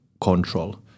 control